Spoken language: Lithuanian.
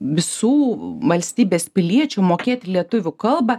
visų valstybės piliečių mokėti lietuvių kalbą